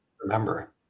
remember